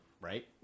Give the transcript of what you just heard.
right